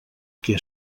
què